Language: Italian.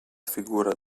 figura